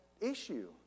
issue